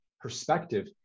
perspective